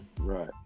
Right